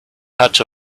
patch